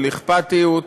של אכפתיות,